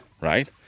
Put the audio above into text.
Right